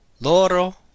Loro